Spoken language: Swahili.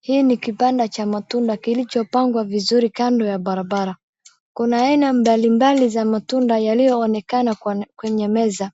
Hii ni kibanda cha matunda kilichopangwa vizuri kando ya barabara. Kuna aina mbalimbali za matunda yalionekana kwenye meza